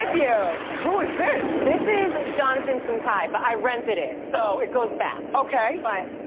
yeah who is this? this is and jonathan simkhai, but i rented it. so, it goes back. okay. but,